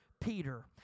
Peter